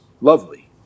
lovely